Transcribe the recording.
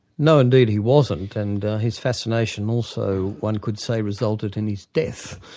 no indeed he wasn't, and his fascination also one could say, resulted in his death,